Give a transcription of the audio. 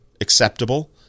acceptable